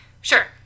Sure